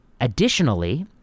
Additionally